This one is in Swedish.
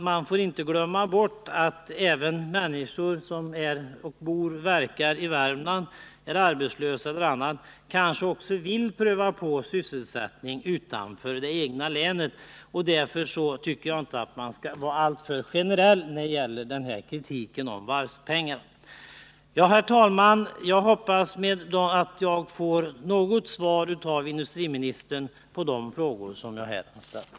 Man får inte glömma bort att även de människor som verkar och bor i Värmland och är arbetslösa kanske också vill pröva på sysselsättning utanför det egna länet. Därför tycker jag inte att man skall vara alltför generell när det gäller kritiken om varvspengarna. Herr talman! Jag hoppas att jag kan få något svar av industriministern på de frågor som jag här har ställt.